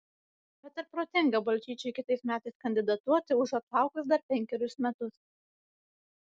bet ar protinga balčyčiui kitais metais kandidatuoti užuot laukus dar penkerius metus